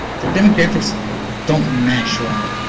their demographics don't mesh well.